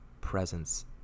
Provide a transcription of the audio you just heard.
presence